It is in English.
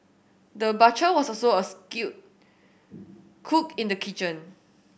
the butcher was also a skilled cook in the kitchen